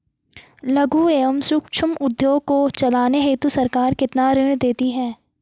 लघु एवं सूक्ष्म उद्योग को चलाने हेतु सरकार कितना ऋण देती है?